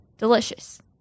delicious